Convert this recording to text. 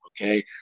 okay